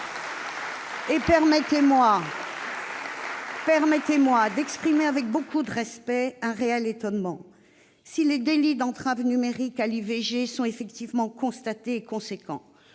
Permettez-moi d'exprimer, avec beaucoup de respect, un réel étonnement. Si des délits d'entrave numérique à l'IVG sont effectivement constatés et d'ampleur,